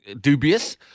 dubious